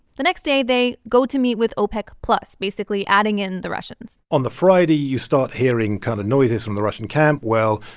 the next day, they go to meet with opec-plus, basically adding in the russians on the friday, you start hearing kind of noises from the russian camp well,